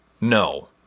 no